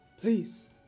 Please